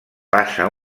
passa